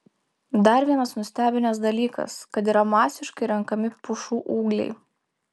dar vienas nustebinęs dalykas kad yra masiškai renkami pušų ūgliai